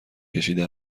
کشیده